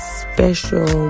special